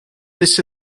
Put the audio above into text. this